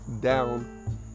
down